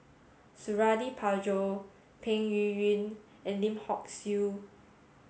Suradi Parjo Peng Yuyun and Lim Hock Siew